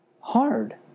hard